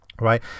Right